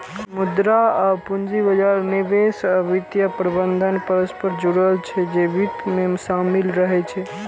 मुद्रा आ पूंजी बाजार, निवेश आ वित्तीय प्रबंधन परस्पर जुड़ल छै, जे वित्त मे शामिल रहै छै